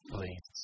Please